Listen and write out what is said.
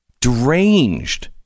deranged